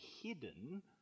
hidden